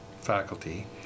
faculty